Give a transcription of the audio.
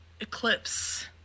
eclipse